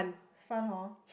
fun hor